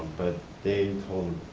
but they told